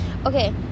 Okay